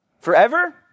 forever